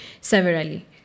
severally